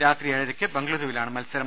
രാത്രി ഏഴരയ്ക്ക് ബംഗ ളുരുവിലാണ് മത്സരം